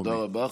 תודה רבה.